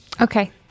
Okay